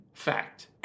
Fact